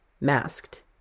masked